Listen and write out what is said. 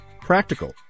practical